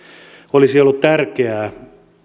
olisi ollut tärkeää